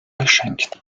geschenkt